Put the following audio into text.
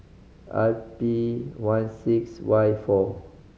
R P one six Y four